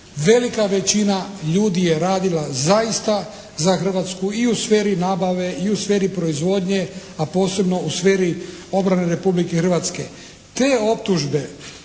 Velika većina ljudi je radila zaista za Hrvatsku i u sferi nabave i u sferi proizvodnje, a posebno u sferi obrane Republike Hrvatske.